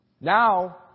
Now